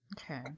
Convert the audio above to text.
Okay